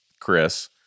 chris